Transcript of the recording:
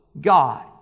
God